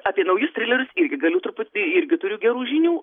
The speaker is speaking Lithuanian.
apie naujus trilerius irgi galiu truputį irgi turiu gerų žinių